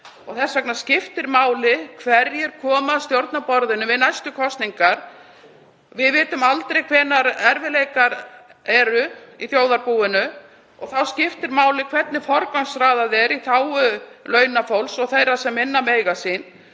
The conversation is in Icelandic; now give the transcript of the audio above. Þess vegna skiptir máli hverjir koma að stjórnarborðinu eftir næstu kosningar. Við vitum aldrei hvenær erfiðleikar verða í þjóðarbúinu og þá skiptir máli hvernig forgangsraðað er í þágu launafólks og þeirra sem minna mega sín.